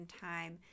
time